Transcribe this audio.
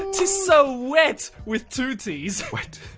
tis so wett! with two t's. wett.